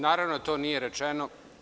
Naravno da to nije rečeno.